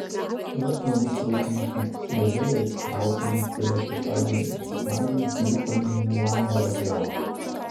jos mumis rūpinosi vežiojo iki traukinio kuriuo šeštadienį ir sekmadienį vykome į milaną ir atgal